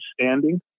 standing